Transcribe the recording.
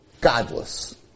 godless